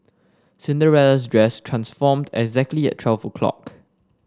Cinderella's dress transformed exactly at twelve o'clock